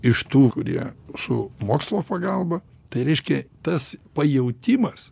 iš tų kurie su mokslo pagalba tai reiškia tas pajautimas